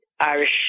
Irish